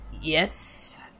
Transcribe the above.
Yes